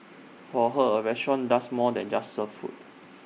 for her A restaurant does more than just serve food